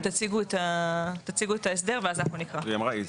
תציגו את ההסדר ואז אנחנו נקרא.